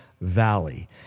valley